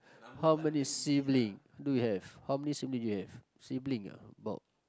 how many sibling do you have how many sibling do you have sibling ah about